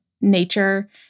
nature